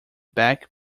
back